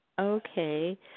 Okay